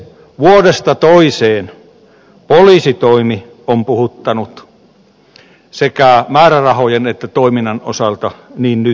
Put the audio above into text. vuodesta toiseen poliisitoimi on puhuttanut sekä määrärahojen että toiminnan osalta niin nytkin